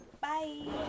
Bye